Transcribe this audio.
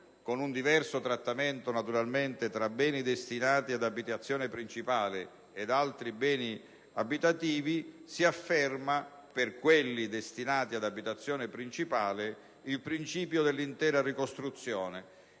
un diverso trattamento tra beni destinati ad abitazione principale ed altri beni abitativi, affermandosi, per quelli destinati ad abitazione principale, il principio dell'intera ricostruzione